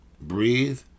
Breathe